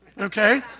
okay